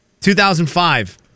2005